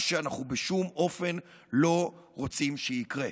מה שאנחנו בשום אופן לא רוצים שיקרה.